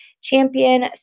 champion